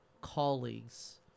colleagues